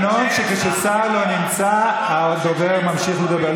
ואין תקנון שכששר לא נמצא הדובר ממשיך לדבר.